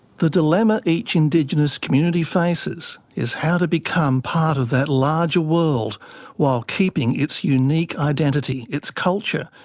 the dilemma each indigenous community faces is how to become part of that larger world while keeping its unique identity, its culture,